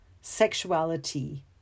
sexuality